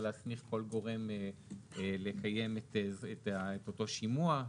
להסמיך כל גורם לביים את אותו השימוע,